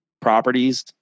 properties